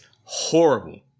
horrible